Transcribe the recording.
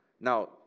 Now